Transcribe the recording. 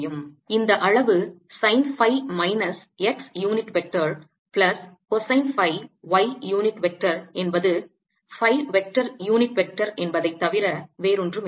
இந்த அளவு sine phi minus x unit vector plus cosine phi y unit vector என்பது phi vector unit vector என்பதை தவிர வேறொன்றுமில்லை